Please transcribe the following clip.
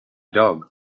dog